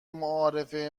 معارفه